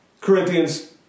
Corinthians